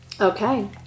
Okay